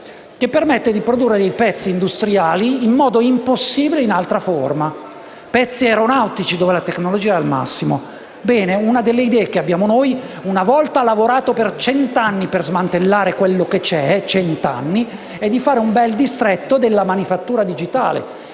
che permette di produrre dei pezzi industriali in modo impossibile in altra forma: pezzi aeronautici, dove la tecnologia è al massimo. Bene, una delle idee che abbiamo noi, una volta lavorato per cent'anni per smantellare quello che c'è, è di fare un bel distretto della manifattura digitale.